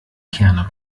kerne